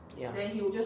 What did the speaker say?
ya